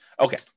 Okay